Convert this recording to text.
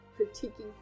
critiquing